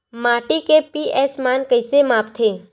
माटी के पी.एच मान कइसे मापथे?